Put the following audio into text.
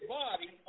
body